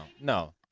no